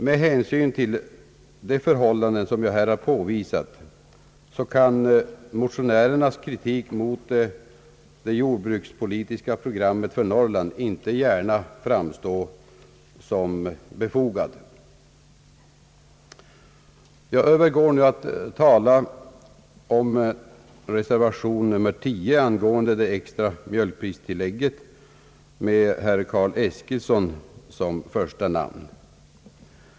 Med hänsyn till de förhållanden, som jag här har påvisat, kan motionärernas kritik mot det jordbrukspolitiska programmet för Norrland inte gärna framstå som befogad. Jag övergår nu till att tala om reservation nr 19 angående det extra mjölkpristillägget, med herr Eskilsson som första namn.